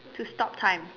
to stop time